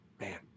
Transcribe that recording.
Man